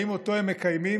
האם אותו הם מקיימים?